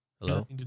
Hello